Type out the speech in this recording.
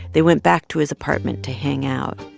they went back to his apartment to hang out.